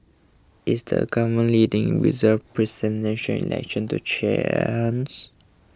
is the govt leading reserved Election to chance